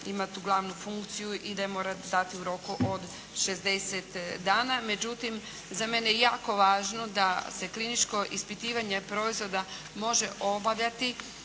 ima tu glavnu funkciju i da mora dati u roku od 60 dana. Međutim za mene je jako važno da se kliničko ispitivanje proizvoda može obavljati